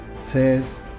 says